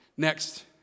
Next